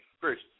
first